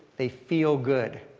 they feel good.